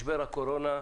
משבר הקורונה,